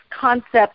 concept